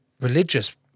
religious